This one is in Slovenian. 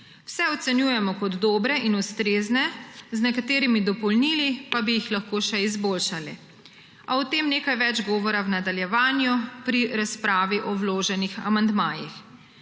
Vse ocenjujemo kot dobre in ustrezne, z nekaterimi dopolnili pa bi jih lahko še izboljšali, a o tem nekaj več govora v nadaljevanju, pri razpravi o vloženih amandmajih.